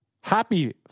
Happy